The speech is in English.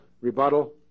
rebuttal